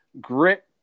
grit